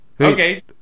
Okay